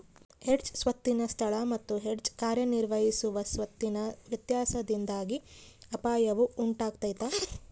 hedge ಸ್ವತ್ತಿನ ಸ್ಥಳ ಮತ್ತು ಹೆಡ್ಜ್ ಕಾರ್ಯನಿರ್ವಹಿಸುವ ಸ್ವತ್ತಿನ ವ್ಯತ್ಯಾಸದಿಂದಾಗಿ ಅಪಾಯವು ಉಂಟಾತೈತ